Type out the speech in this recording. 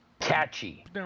catchy